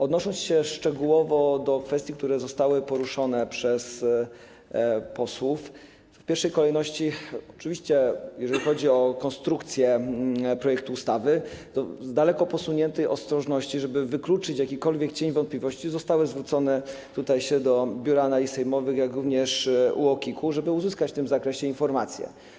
Odnosząc się szczegółowo do kwestii, które zostały poruszone przez posłów, w pierwszej kolejności chcę powiedzieć, że oczywiście, jeżeli chodzi o konstrukcję projektu ustawy, z daleko posuniętej ostrożności, żeby wykluczyć jakikolwiek cień wątpliwości, zwrócono się do Biura Analiz Sejmowych, jak również do UOKiK-u, żeby uzyskać w tym zakresie informacje.